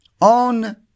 on